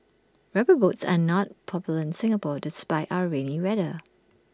rubber boots are not popular in Singapore despite our rainy weather